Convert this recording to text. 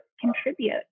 contribute